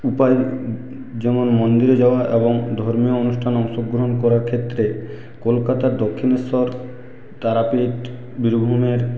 উপায় যেমন মন্দিরে যাওয়া এবং ধর্মীয় অনুষ্ঠানে অংশগ্রহণ করার ক্ষেত্রে কলকাতার দক্ষিণেশ্বর তারাপীঠ বীরভূমের